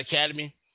Academy